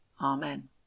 Amen